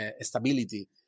stability